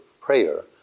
prayer